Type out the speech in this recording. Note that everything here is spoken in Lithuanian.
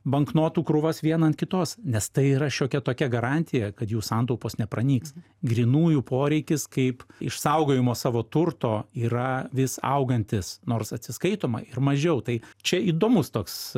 banknotų krūvas vieną ant kitos nes tai yra šiokia tokia garantija kad jų santaupos nepranyks grynųjų poreikis kaip išsaugojimo savo turto yra vis augantis nors atsiskaitoma ir mažiau tai čia įdomus toks